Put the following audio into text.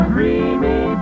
Dreamy